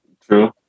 True